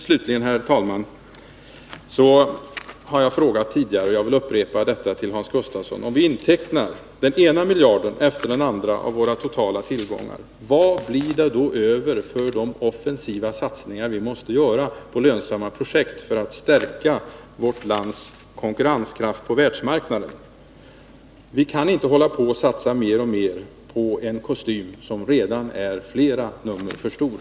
Slutligen, herr talman, vill jag ställa en fråga som jag har ställt tidigare. Om vi intecknar den ena miljarden efter den andra av våra totala tillgångar, vad blir det då över för de offensiva satsningar som vi måste göra på lönsamma projekt för att stärka vårt lands konkurrenskraft på världsmarknaden? Vi kan inte satsa mer och mer på en kostym som redan är flera nummer för stor.